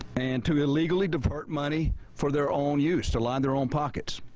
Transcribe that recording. and to illegally divert money for their own use, to line their own pockets.